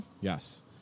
Yes